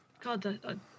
God